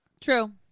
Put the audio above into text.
True